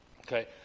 Okay